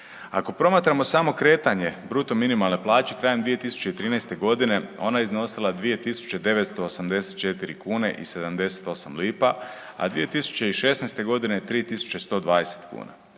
Ako promatramo samo kretanje bruto minimalne plaće, krajem 2013.g. ona je iznosila 2.984 kune i 78 lipa, a 2016.g. 3.120 kuna.